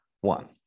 one